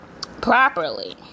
properly